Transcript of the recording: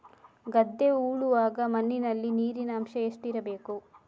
ಗದ್ದೆ ಉಳುವಾಗ ಮಣ್ಣಿನಲ್ಲಿ ನೀರಿನ ಅಂಶ ಎಷ್ಟು ಇರಬೇಕು?